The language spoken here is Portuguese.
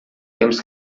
temos